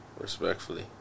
Respectfully